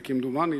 כמדומני,